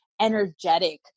energetic